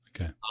Okay